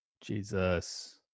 jesus